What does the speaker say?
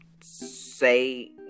say